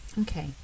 Okay